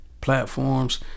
platforms